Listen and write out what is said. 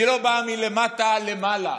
היא לא באה מלמטה למעלה,